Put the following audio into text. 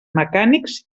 mecànics